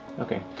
okay,